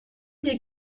des